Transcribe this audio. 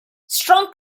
strong